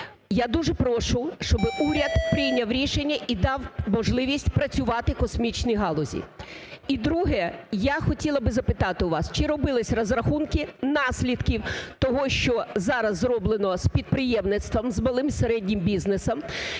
Я дуже прошу, щоб уряд прийняв рішення і дав можливість працювати космічній галузі. І друге. Я хотіла б запитати у вас, чи робились розрахунки наслідків того, що зараз зроблено з підприємництвом, з малим і середнім бізнесом,